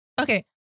Okay